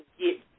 get